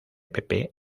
pepe